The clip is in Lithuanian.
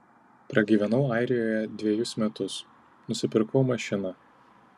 pragyvenau airijoje dvejus metus nusipirkau mašiną